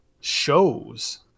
shows